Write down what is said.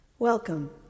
Welcome